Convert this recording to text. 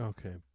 Okay